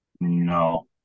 no